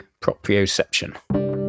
proprioception